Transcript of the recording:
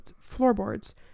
floorboards